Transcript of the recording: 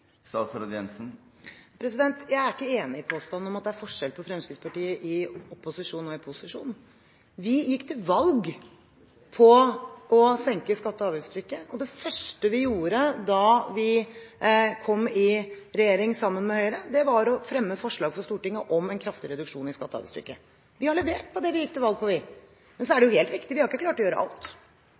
Jeg er ikke enig i påstanden om at det er forskjell på Fremskrittspartiet i opposisjon og i posisjon. Vi gikk til valg på å senke skatte- og avgiftstrykket. Det første vi gjorde da vi kom i regjering med Høyre, var å fremme forslag for Stortinget om en kraftig reduksjon i skatte- og avgiftstrykket. Vi har levert det vi gikk til valg på. Det er helt riktig at vi ikke har klart å gjøre alt.